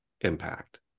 impact